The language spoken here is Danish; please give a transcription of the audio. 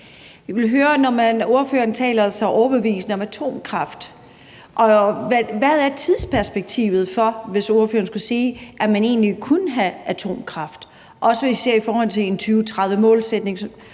Når ordføreren taler så overbevisende om atomkraft, vil jeg høre, hvad tidsperspektivet er for det, hvis ordføreren vil sige, at man egentlig kunne have atomkraft, også hvis vi ser på det i forhold til en 2030-målsætning.